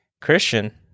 Christian